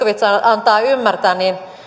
antaa ymmärtää